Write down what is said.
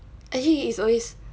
actually it's always